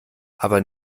aber